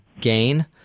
gain